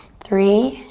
three,